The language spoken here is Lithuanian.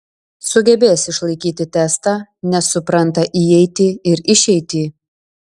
sugebės išlaikyti testą nes supranta įeitį ir išeitį